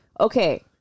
okay